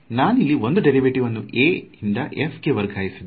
ನಾನಿಲ್ಲಿ ಒಂದು ಡೇರಿವೆಟಿವ್ ಅನ್ನು A ಇಂದ f ಗೆ ವರ್ಗಾಯಿಸಿದ್ದೇನೆ